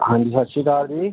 ਹਾਂਜੀ ਸਤਿ ਸ਼੍ਰੀ ਅਕਾਲ ਜੀ